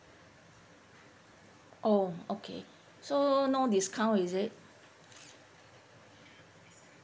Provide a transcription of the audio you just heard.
oh okay so no discount is it